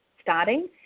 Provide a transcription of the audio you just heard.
starting